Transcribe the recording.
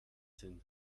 sind